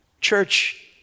Church